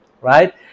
Right